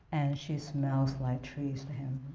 and she smells like trees to him.